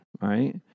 right